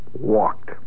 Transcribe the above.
walked